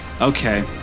okay